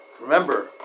Remember